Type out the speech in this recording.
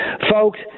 Folks